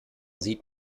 sieht